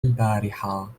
البارحة